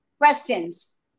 questions